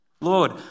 Lord